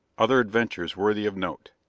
other adventures worthy of note.